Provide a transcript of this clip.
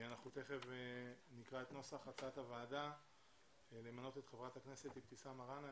נקרא את נוסח הצעת הוועדה למנות את חברת הכנסת אבתיסאם מראענה.